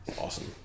Awesome